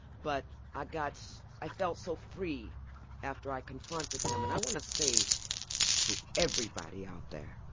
but i got i felt so free after i confronted him. and i want to say to everybody out there.